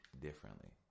differently